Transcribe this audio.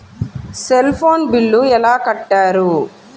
Cell phone bill ఎలా కట్టారు?